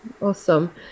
Awesome